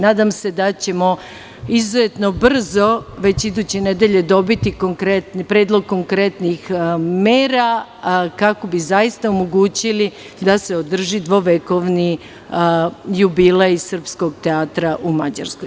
Nadam se ćemo izuzetno brzo, već iduće nedelje, dobiti predlog konkretnih mera kako bi zaista omogućili da se održi dvovekovni jubilej Srpskog teatra u Mađarskoj.